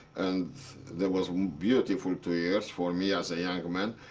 and there was beautiful two years for me as a young man.